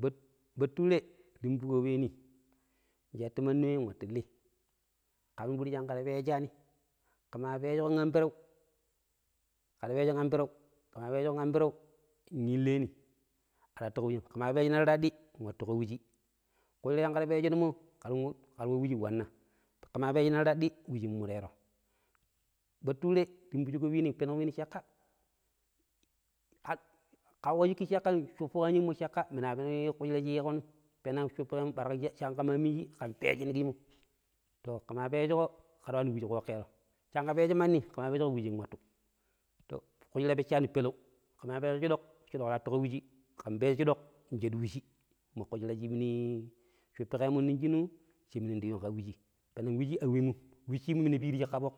﻿Ba bature rimbo weeni nshattu mandi we nwattu li, kam fudi shi kera peeshaani ke maa peeshukon ambireu kera peejon ambireu ke maa peejuko ambiren n'illeeni ar wattu ƙa wem, ke maa peejukon raddi nwattu ka wuji kushira shi ke ta peejonmo kera wa wuji wanna kewan peejinan raddi wujin nmureero. Bature rimbujuƙo wiini pennko wiini cakka ƙauƙo shiƙƙi caƙƙa shuppuƙo anyem cakka penuƙo wiini caƙƙa minua pena ƙushira shiyiikon. Peneng shuppu ƙeemun bara cha kemaa miniji ken peejina kijimmo. Ke maa peejuko kera waani wuji kookkero cha ke peejo manni ke maa peejuko kera waani wuji nwattu to, kushira peccaani peleu ƙemaa peejuƙo shidok shidok ta wattu ƙa wuji ken peejo shidok nshaɗu wujimmo, kushira shi minu shupuƙeemun nong shimu shi minda yun ƙa wujii. Penang wuji a wiimum. Wuji shiimu minu ta piiriji ka foƙmu